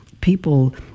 people